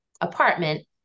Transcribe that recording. apartment